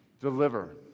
Deliver